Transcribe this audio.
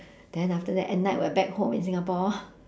then after that at night we are back home in singapore